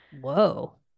Whoa